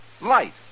Light